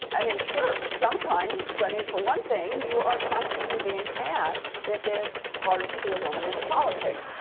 i mean, sure. sometimes. i mean, for one thing, you are constantly being asked if it's hard to be a woman in politics.